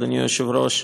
אדוני היושב-ראש,